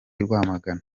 rwamagana